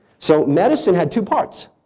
so medicine had two parts,